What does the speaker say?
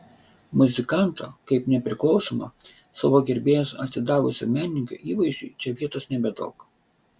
muzikanto kaip nepriklausomo savo gerbėjams atsidavusio menininko įvaizdžiui čia vietos nebedaug